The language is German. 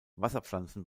wasserpflanzen